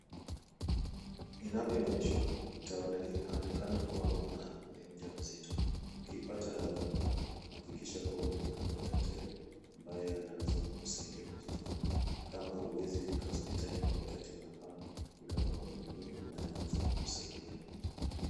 Inavyoonyeshwa inaonekana kuwa mama ni mjamzito, ukipata mimba hakikisha kuwa umefika kwa daktari ambaye anaweza kukusaidia kujifungua kama huwezi fika hospitali kwa wakati unafaa, fika kwa mhudumu ambaye anaweza kukusaidia.